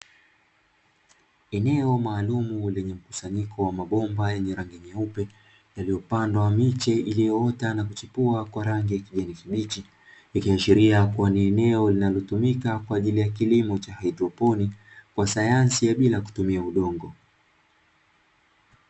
Eneo maalumu lenye mkusanyiko wa mabomba yenye rangi nyeupe yaliyopandwa miche iliyoota na kuchipua kwa rangi ya kijani kibichi. Ikiashiria kuwa ni eneo linalotumika kwa ajili ya kilimo cha haidroponi kwa sayansi ya bila kutumia udongo.